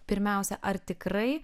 pirmiausia ar tikrai